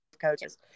coaches